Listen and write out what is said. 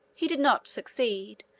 he did not succeed,